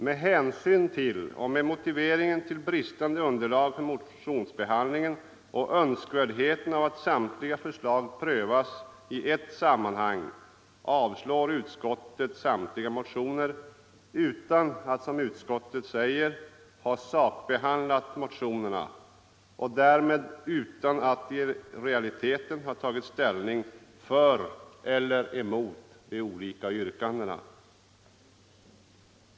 Med hänsyn härtill och åberopande bristande underlag för motionsbehandlingen och önskvärdheten av att alla förslag prövas i ett sammanhang avstyrker utskottet samtliga motioner utan att, som det säger, ha sakbehandlat motionerna och därmed i realiteten utan att ha tagit ställning för eller emot de olika yrkandena.